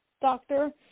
doctor